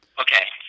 Okay